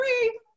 three